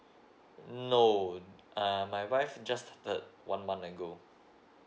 no um my wife just third one month ago